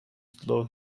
slow